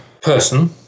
person